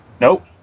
Nope